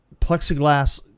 plexiglass